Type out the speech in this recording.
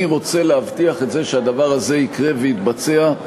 אני רוצה להבטיח את זה שהדבר הזה יקרה ויתבצע,